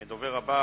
הדובר הבא,